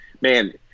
man